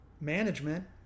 management